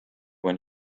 when